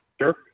Sure